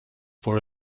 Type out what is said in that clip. for